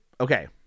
okay